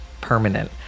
permanent